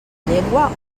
llengua